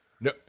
No